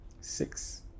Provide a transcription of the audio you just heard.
six